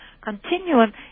continuum